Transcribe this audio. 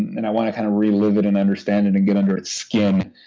and i want to kind of re-live it and understand it and get under its skin.